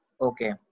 Okay